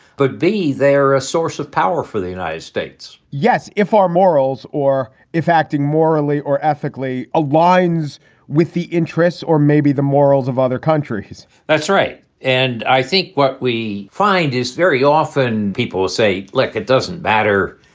but they they are a source of power for the united states yes. if our morals or if acting morally or ethically aligns with the interests or maybe the morals of other countries that's right and i think what we find is very often people say, look, it doesn't matter.